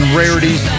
rarities